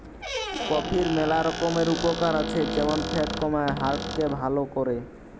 কফির ম্যালা রকমের উপকার আছে যেমন ফ্যাট কমায়, হার্ট কে ভাল করে